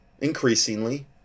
increasingly